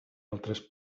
altres